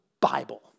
Bible